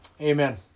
amen